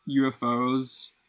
UFOs